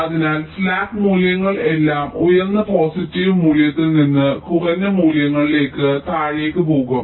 അതിനാൽ സ്ലാക്ക് മൂല്യങ്ങൾ എല്ലാം ഉയർന്ന പോസിറ്റീവ് മൂല്യത്തിൽ നിന്ന് കുറഞ്ഞ മൂല്യങ്ങളിലേക്ക് താഴേക്ക് പോകും